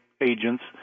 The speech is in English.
agents